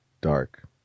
dark